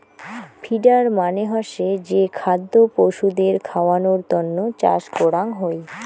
feeder মানে হসে যে খাদ্য পশুদের খাওয়ানোর তন্ন চাষ করাঙ হই